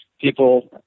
people